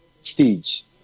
stage